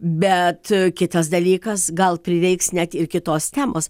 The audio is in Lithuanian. bet kitas dalykas gal prireiks net ir kitos temos